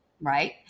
right